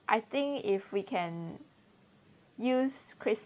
I think if we can use